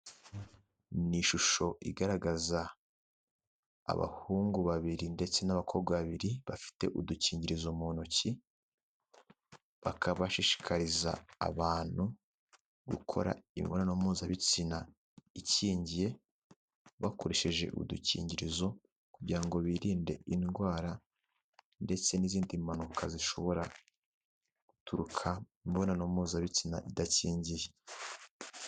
Ni ishusho igaragaza abahungu babiri ndetse n'abakobwa babiri bafite udukingirizo mu ntoki, baka bashishikariza abantu gukora imibonano mpuzabitsina ikingiye bakoresheje udukingirizo, kugira ngo birinde indwara ndetse n'izindi mpanuka zishobora guturuka mu mibonano mpuzabitsina idakingiye.